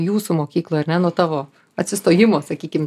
jūsų mokykloj ar ne nuo tavo atsistojimo sakykim